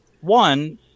one